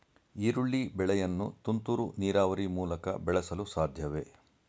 ಈರುಳ್ಳಿ ಬೆಳೆಯನ್ನು ತುಂತುರು ನೀರಾವರಿ ಮೂಲಕ ಬೆಳೆಸಲು ಸಾಧ್ಯವೇ?